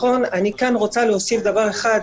אני רוצה להוסיף דבר אחד,